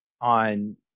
on